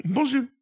Bonjour